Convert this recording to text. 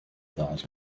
that